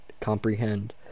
comprehend